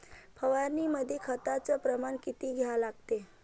फवारनीमंदी खताचं प्रमान किती घ्या लागते?